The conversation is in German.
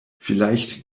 vielleicht